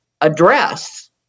address